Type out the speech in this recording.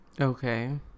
Okay